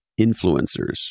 influencers